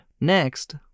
Next